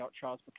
Charles